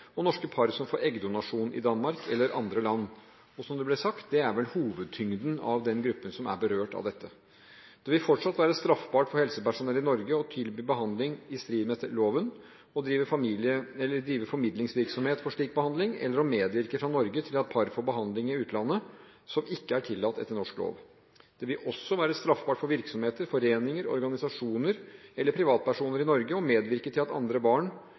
i andre land. Som det ble sagt: Det er vel hovedtyngden av den gruppen som er berørt av dette. Det vil fortsatt være straffbart for helsepersonell i Norge å tilby behandling i strid med loven, å drive formidlingsvirksomhet for slik behandling eller å medvirke fra Norge til at par får behandling i utlandet som ikke er tillatt etter norsk lov. Det vil også være straffbart for virksomheter, foreninger, organisasjoner eller privatpersoner i Norge å medvirke til at andre får barn